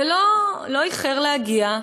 זה לא איחר להגיע,